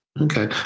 Okay